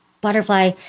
Butterfly